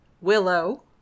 Willow